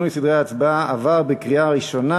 10) (שינוי סדרי ההצבעה) עברה בקריאה ראשונה